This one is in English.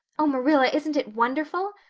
oh, marilla, isn't it wonderful?